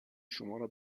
شمارا